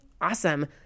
awesome